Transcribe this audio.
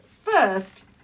first